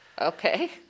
Okay